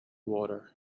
water